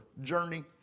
journey